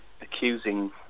accusing